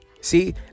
See